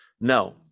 No